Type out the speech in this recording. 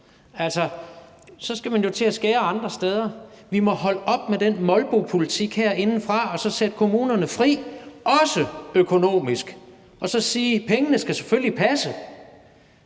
og så skal man jo til at skære ned andre steder. Vi må holde op med at føre den molboagtige politik herindefra og så sætte kommunerne fri, også økonomisk, og sige: Pengene skal selvfølgelig passe,